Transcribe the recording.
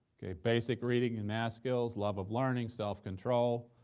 okay? basic reading and math skills, love of learning, self-control,